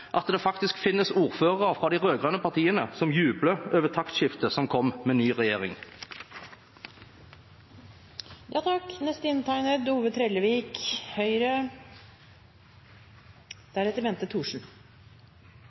at det faktisk finnes ordførere fra de rød-grønne partiene som jubler over taktskiftet som kom med ny